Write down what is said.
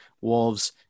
Wolves